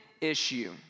issue